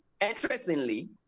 Interestingly